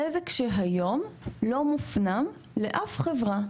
נזק שהיום הוא לא מופנם לאף חברה.